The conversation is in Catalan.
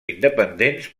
independents